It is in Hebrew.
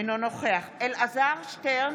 אינו נוכח אלעזר שטרן,